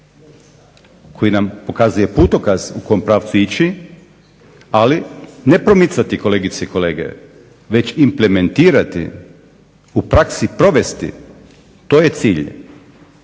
koji nam pokazuje putokaz u kojem pravcu ići, ali ne promicati kolegice i kolege, već implementirati u praksi provesti. To je cilj.